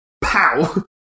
pow